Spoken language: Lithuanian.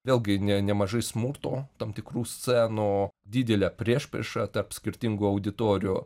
vėlgi ne nemažai smurto tam tikrų scenų o didelė priešprieša tarp skirtingų auditorijų